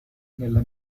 nella